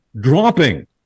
dropping